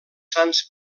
sants